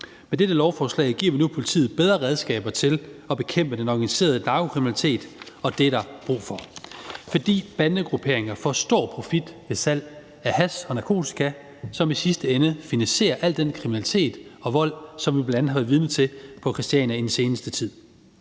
Med dette lovforslag giver vi nu politiet bedre redskaber til at bekæmpe den organiserede narkokriminalitet, og det er der brug for. For bandegrupperinger får stor profit ved salg af hash og narkotika, som i sidste ende finansierer al den kriminalitet og vold, som vi bl.a. har været vidne til på Christiania i den seneste tid.